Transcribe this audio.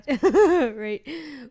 right